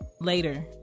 later